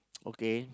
okay